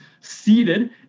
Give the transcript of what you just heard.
seated